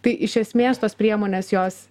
tai iš esmės tos priemonės jos